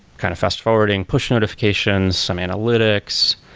kind of fast-forwarding, push notifications, some analytics.